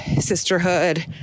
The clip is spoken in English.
sisterhood